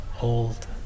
old